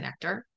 connector